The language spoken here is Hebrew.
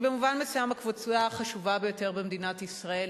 שהיא במובן מסוים הקבוצה החשובה ביותר במדינת ישראל,